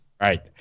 right